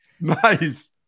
Nice